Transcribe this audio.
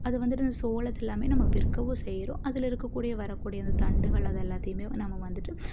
அது வந்துட்டு இந்த சோளத்தெல்லாமே நம்ம விற்கவும் செய்கிறோம் அதில் இருக்கக்கூடிய வரக்கூடிய அந்த தண்டுகளை அதை எல்லாத்தையுமே நம்ம வந்துட்டு